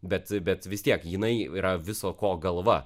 bet bet vis tiek jinai yra viso ko galva